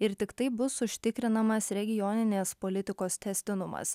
ir tik taip bus užtikrinamas regioninės politikos tęstinumas